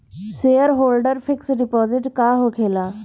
Shareholder fix deposit का होखे ला?